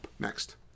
next